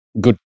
good